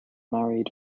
married